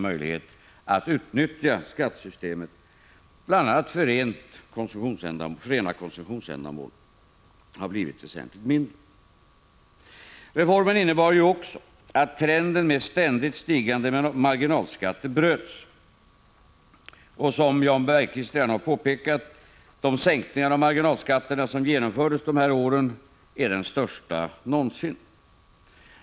Möjligheten att utnyttja skattesystemet bl.a. för rena konsumtionsändamål har blivit väsentligt mindre. Reformen innebar också att trenden med ständigt stigande marginalskatter bröts. Som Jan Bergqvist redan har påpekat: De sänkningar av marginalskatterna som genomfördes de här åren är de största någonsin.